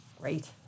Great